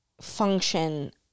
function